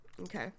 Okay